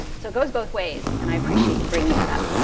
so it goes both ways, and i appreciate you bringing that up.